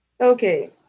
Okay